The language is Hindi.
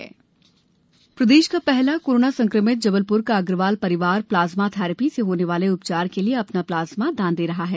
जबलप्र प्लाज्मा प्रदेश का पहला कोरोना संक्रमित जबलप्र का अग्रवाल परिवार प्लाज़मा थैरेपी से होने वाले उपचार के लिए अपना प्लाज़मा दान दे रहा है